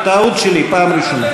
טעות שלי, פעם ראשונה.